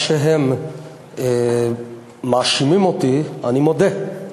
מה שהם מאשימים אותי, אני מודה.